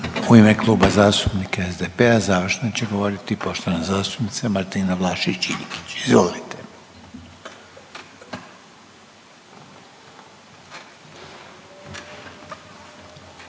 U ime Kluba zastupnika SDP-a završno će govoriti poštovana zastupnica Martina Vlašić Iljkić, izvolite.